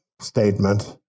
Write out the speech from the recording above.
statement